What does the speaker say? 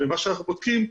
במה שאנחנו בודקים,